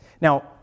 Now